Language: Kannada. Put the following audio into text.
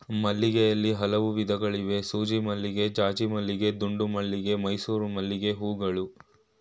ಮಲ್ಲಿಗೆಯಲ್ಲಿ ಹಲವು ವಿಧಗಳಿವೆ ಸೂಜಿಮಲ್ಲಿಗೆ ಜಾಜಿಮಲ್ಲಿಗೆ ದುಂಡುಮಲ್ಲಿಗೆ ಮೈಸೂರು ಮಲ್ಲಿಗೆಹೂಗಳು